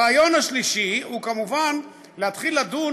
הרעיון השלישי הוא כמובן להתחיל לדון